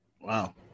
wow